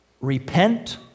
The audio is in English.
repent